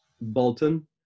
bolton